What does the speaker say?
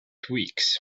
tweaks